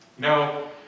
No